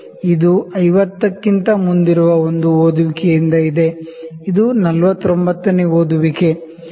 ಇದು 50 ಕ್ಕಿಂತ ಮುಂದಿರುವ ಒಂದು ರೀಡಿಂಗ್ ನಿoದ ಇದೆ ಇದು 49 ನೇ ರೀಡಿಂಗ್